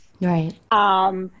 Right